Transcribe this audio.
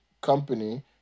company